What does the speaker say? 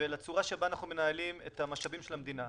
ולצורה שבה אנחנו מנהלים את המשאבים של המדינה.